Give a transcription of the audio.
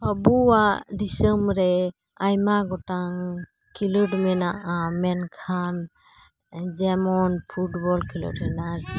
ᱟᱵᱚᱣᱟᱜ ᱫᱤᱥᱟᱹᱢᱨᱮ ᱟᱭᱢᱟ ᱜᱚᱴᱟᱝ ᱠᱷᱤᱞᱳᱰ ᱢᱮᱱᱟᱜᱼᱟ ᱢᱮᱱᱠᱷᱟᱱ ᱡᱮᱢᱚᱱ ᱯᱷᱩᱴᱵᱚᱞ ᱠᱷᱮᱞᱳᱰ ᱦᱮᱱᱟᱜᱼᱟ